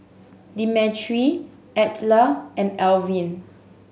Demetri Edla and Elvin